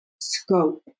scope